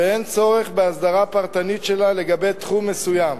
ואין צורך בהסדרה פרטנית שלה לגבי תחום מסוים.